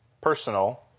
personal